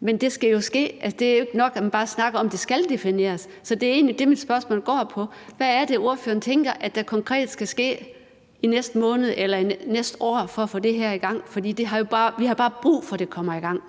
Men det skal jo ske. Det er ikke nok, at man bare snakker om, at det skal defineres, så det er egentlig det, mit spørgsmål går på: Hvad er det, ordføreren tænker der konkret skal ske i næste måned eller til næste år for at få det her i gang? For vi har bare brug for, at det kommer i gang.